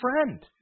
friend